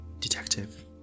detective